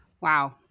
Wow